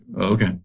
okay